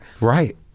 Right